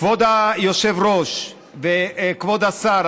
כבוד היושב-ראש וכבוד השר,